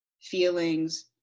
feelings